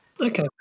Okay